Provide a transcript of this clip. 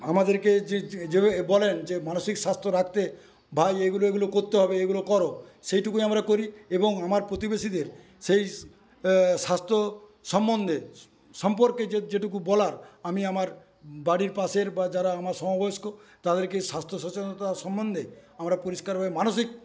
আমাদেরকে যে যে যে বলেন যে মানসিক স্বাস্থ্য রাখতে বা এগুলো এগুলো করতে হবে এগুলো করো সেইটুকুই আমরা করি এবং আমার প্রতিবেশীদের সেই স্বাস্থ্য সম্বন্ধে সম্পর্কে যে যে যেটুকু বলার আমি আমার বাড়ির পাশের বা যারা আমার সমবয়স্ক তাদেরকে স্বাস্থ্য সচেতনতা সম্বন্ধে আমরা পরিষ্কারভাবে মানসিক